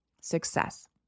success